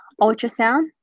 ultrasound